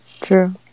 True